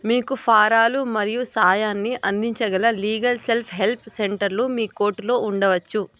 మీకు ఫారాలు మరియు సాయాన్ని అందించగల లీగల్ సెల్ఫ్ హెల్ప్ సెంటర్లు మీ కోర్టులో ఉండవచ్చు